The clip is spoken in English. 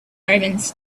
omens